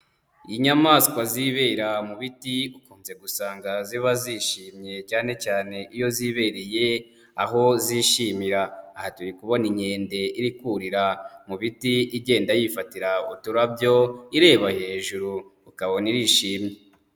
Inyamaswa zibera mu biti ukunze gusanga ziba zishimye, cyane cyane iyo zibereye aho zishimira, aha turi kubona inkende iri kurira mu biti igenda yifatira uturabyo ireba hejuru ukabona irishimye.